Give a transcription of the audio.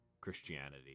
Christianity